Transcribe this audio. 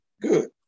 good